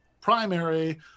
primary